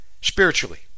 spiritually